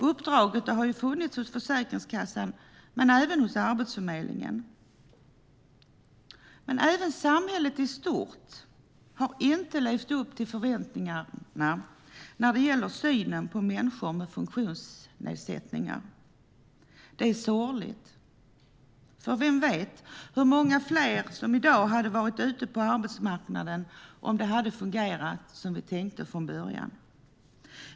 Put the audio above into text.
Uppdraget har funnits hos Försäkringskassan men även hos Arbetsförmedlingen. Även samhället i stort har inte levt upp till förväntningarna när det gäller synen på människor med funktionsnedsättningar. Det är sorgligt, för vem vet hur många fler som i dag hade varit ute på arbetsmarknaden om det hade fungerat som vi tänkte från början.